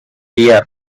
year